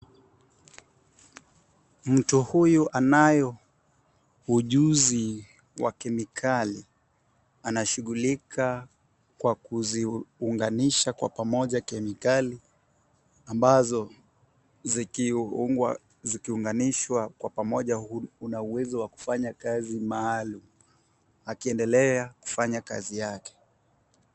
Mtu huyu anayo ujuzi wa kemikali anashughulika kwa kusiunganisha kwa pamoja kemikali ambazo zikiunganishwa kwa pamoja unauwezo wa kufanya kazi mahali, akiendelea kufanya kazi yake.